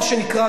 מה שנקרא,